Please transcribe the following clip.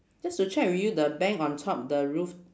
just to check with you the bank on top the roof